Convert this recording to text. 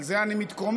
על זה אני מתקומם.